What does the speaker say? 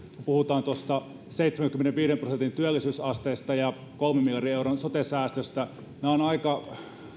puhutaan seitsemänkymmenenviiden prosentin työllisyysasteesta ja kolmen miljardin euron sote säästöstä nämä